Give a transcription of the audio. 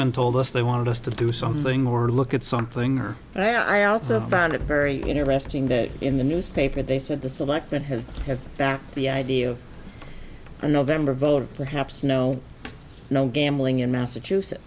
men told us they wanted us to do something more look at something or i also found it very interesting that in the newspaper they said the selected have had that the idea of a november vote perhaps no no gambling in massachusetts